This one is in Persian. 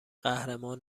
قهرمان